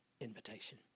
invitation